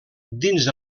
dins